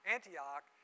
Antioch